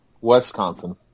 Wisconsin